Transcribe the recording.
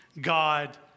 God